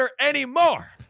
anymore